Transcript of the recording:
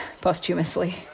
posthumously